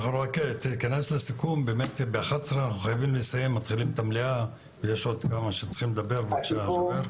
אנחנו חייבים לסיים ב-11:00, תגיע בבקשה לסיכום.